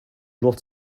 not